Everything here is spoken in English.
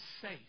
safe